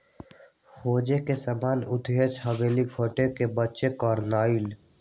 hedge के सामान्य उद्देश्य होयबला घट्टी से बचाव करनाइ हइ